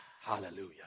Hallelujah